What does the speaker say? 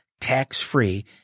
tax-free